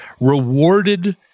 rewarded